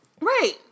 Right